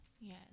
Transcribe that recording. yes